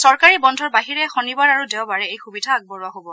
চৰকাৰী বন্ধৰ বাহিৰে শনিবাৰ আৰু দেওবাৰে এই সুবিধা আগবঢ়োৱা হ'ব